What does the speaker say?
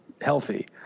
healthy